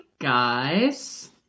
guys